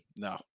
no